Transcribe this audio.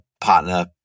partner